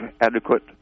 adequate